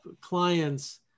clients